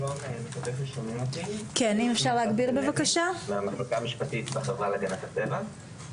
שלום, אני מהמחלקה המשפטית בחברה להגנת הטבע.